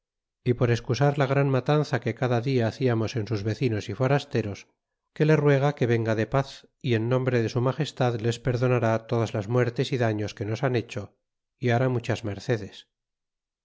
y por escusar la gran matanza que cada dia haciamos en sus vecinos y forasteros que le ruega que venga de paz y en nombre de su magestad les perdonará todas las muertes y daños que nos han hecho y hará muchas mercedes